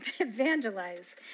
evangelize